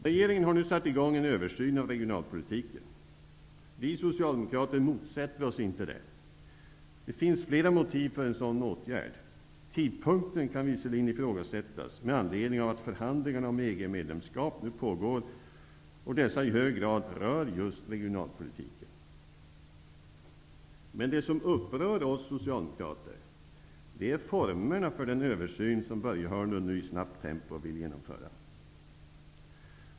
Regeringen har nu satt i gång en översyn av regionalpolitiken. Vi socialdemokrater motsätter oss inte det. Det finns flera motiv för en sådan åtgärd. Tidpunkten kan visserligen ifrågasättas med anledning av att förhandlingarna om EG medlemskap nu pågår och att dessa i hög grad rör just regionalpolitiken. Men det som upprör oss socialdemokrater är formerna för den översyn som Börje Hörnlund nu i snabbt tempo vill genomföra.